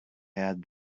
had